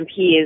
MPs